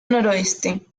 noreste